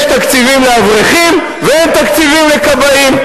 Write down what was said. יש תקציבים לאברכים ואין תקציבים לכבאים.